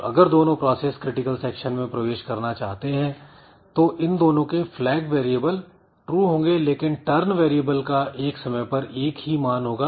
तो अगर दोनों प्रोसेस क्रिटिकल सेक्शन में प्रवेश करना चाहते हैं तो इन दोनों के फ्लैग वेरिएबल True होंगे लेकिन turn वेरिएबल का एक समय पर एक ही मान होगा